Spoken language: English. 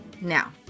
Now